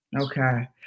Okay